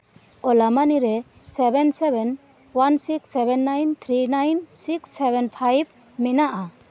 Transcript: ᱳᱞᱟ ᱢᱟᱱᱤᱨᱮ seven seven one six seven nine three nine six seven five ᱢᱮᱱᱟᱜᱼᱟ